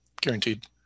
guaranteed